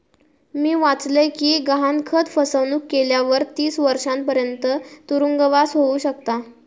मी वाचलय कि गहाणखत फसवणुक केल्यावर तीस वर्षांपर्यंत तुरुंगवास होउ शकता